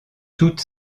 toute